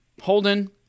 Holden